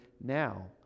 now